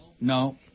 No